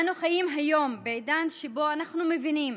אנו חיים היום בעידן שבו אנחנו מבינים